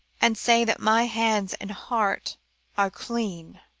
and say that my hands and heart are clean.